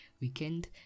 Weekend